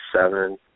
seven